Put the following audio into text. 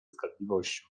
zgadliwością